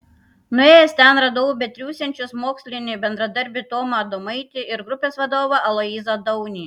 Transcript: nuėjęs ten radau betriūsiančius mokslinį bendradarbį tomą adomaitį ir grupės vadovą aloyzą daunį